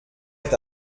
est